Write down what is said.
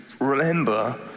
remember